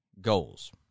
goals